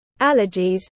allergies